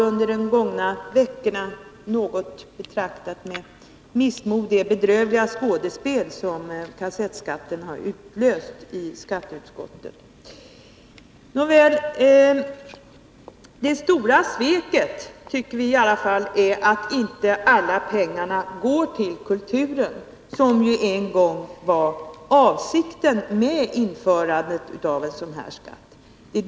Under de gångna veckorna har vi med missmod betraktat det bedrövliga skådespel som kassettskatten har utlöst i skatteutskottet. Nåväl, det stora sveket är att inte alla pengar går till kulturen, som ju en gång var avsikten med införandet av en sådan här skatt.